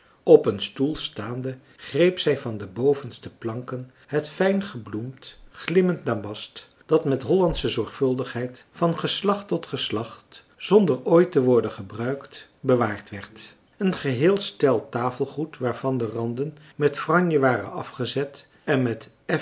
op een stoel staande greep zij van de bovenste planken het fijn gebloemd glimmend damast dat met hollandsche zorgvuldigheid van geslacht tot geslacht zonder ooit te worden gebruikt bewaard werd een geheel marcellus emants een drietal novellen stel tafelgoed waarvan de randen met franje waren afgezet en het